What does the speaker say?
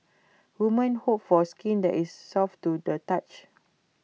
women hope for skin that is soft to the touch